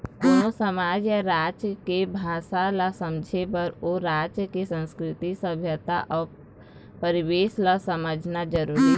कोनो समाज या राज के भासा ल समझे बर ओ राज के संस्कृति, सभ्यता अउ परिवेस ल समझना जरुरी हे